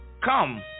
come